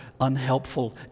unhelpful